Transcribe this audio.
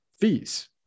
fees